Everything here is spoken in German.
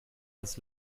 das